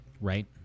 Right